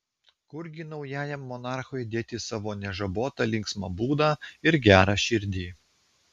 kurgi naujajam monarchui dėti savo nežabotą linksmą būdą ir gerą širdį